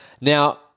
Now